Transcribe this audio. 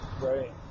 Right